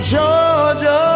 Georgia